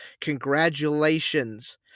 Congratulations